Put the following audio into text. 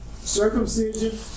Circumcision